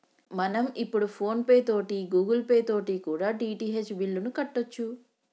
మనం ఇప్పుడు PhonePe తోటి గూగుల్ పే తోటి కూడా డి.టి.హెచ్ బిల్లుని కట్టొచ్చు